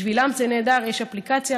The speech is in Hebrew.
בשבילן זה נהדר: יש אפליקציה,